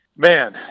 Man